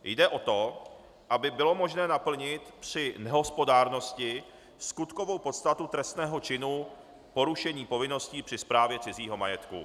Jde o to, aby bylo možné naplnit při nehospodárnosti skutkovou podstatu trestného činu porušení povinností při správě cizího majetku.